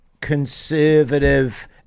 conservative